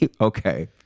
Okay